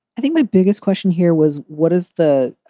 i think my biggest question here was, what is the